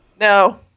No